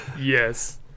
Yes